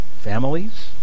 families